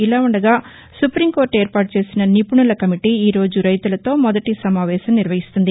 ఇలాఉండగాసుపీంకోర్టు ఏర్పాటు చేసిన నిపుణుల కమిటీ రురోజు రైతులతో మొదటి సమావేశం నిర్వహించనుంది